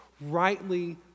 rightly